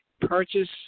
Purchase